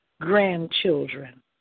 grandchildren